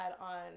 on